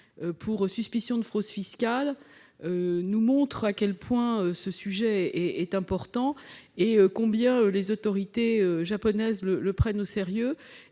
pour suspicion de fraude fiscale nous montrent à quel point ce sujet est grave et combien les autorités japonaises le prennent au sérieux.